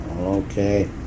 Okay